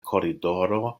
koridoro